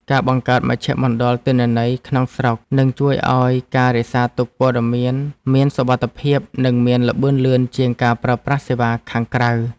ការបង្កើតមជ្ឈមណ្ឌលទិន្នន័យក្នុងស្រុកនឹងជួយឱ្យការរក្សាទុកព័ត៌មានមានសុវត្ថិភាពនិងមានល្បឿនលឿនជាងការប្រើប្រាស់សេវាខាងក្រៅ។